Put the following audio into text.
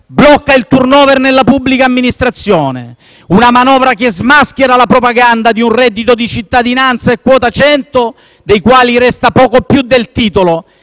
blocca il *turnover* nella pubblica amministrazione; una manovra che smaschera la propaganda di un reddito di cittadinanza e quota 100 dei quali resta poco più del titolo